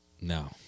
no